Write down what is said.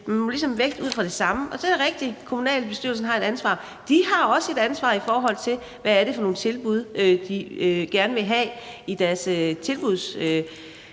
samme vægtning. Så er det rigtigt, at kommunalbestyrelsen har et ansvar. De har også et ansvar, i forhold til hvad det er for nogle tilbud, de gerne vil have i deres tilbud,